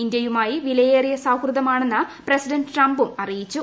ഇന്ത്യയുമായി വിലയേറിയ സൌഹൃദമാണെന്ന് പ്രസിഡന്റ് ട്രംപും അറിയിച്ചു